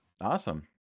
Awesome